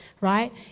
Right